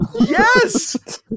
Yes